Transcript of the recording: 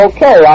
Okay